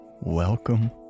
welcome